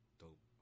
dope